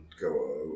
go